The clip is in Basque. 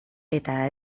eta